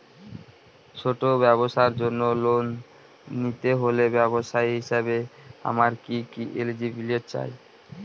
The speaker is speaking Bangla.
ছোট ব্যবসার জন্য লোন নিতে হলে ব্যবসায়ী হিসেবে আমার কি কি এলিজিবিলিটি চাই?